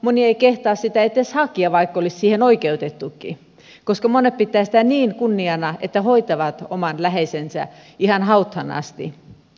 moni ei kehtaa sitä edes hakea vaikka olisi siihen oikeutettukin koska monet pitävät sitä niin kunniana että hoitavat oman läheisensä ihan hautaan asti